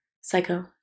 psycho